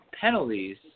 penalties